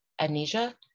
amnesia